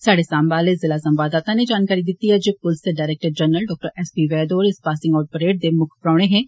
साहडे साम्बा आले संवाददाता नै जानकारी दिती ऐ जे पुलस दे director general S P Vaid होर इस पासिंग आऊट परेड दे मुक्ख परौहने हे